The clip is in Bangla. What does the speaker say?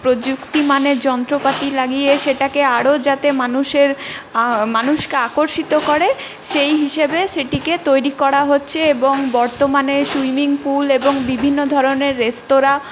প্রযুক্তিমানের যন্ত্র পাতি লাগিয়ে সেটাকে আরও যাতে মানুষের মানুষকে আকর্ষিত করে সেই হিসেবে সেটিকে তৈরি করা হচ্ছে এবং বর্তমানে সুইমিং পুল এবং বিভিন্ন ধরনের রেস্তোরাঁ